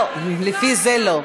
יש לך, לא, לא, לפי זה, לא.